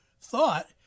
thought